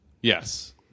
Yes